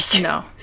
no